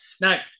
Now